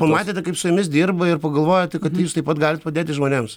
pamatėte kaip su jumis dirba ir pagalvojot kad jūs taip pat galit padėti žmonėms